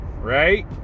right